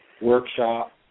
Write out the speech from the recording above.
workshop